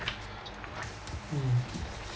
mm